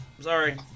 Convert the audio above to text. sorry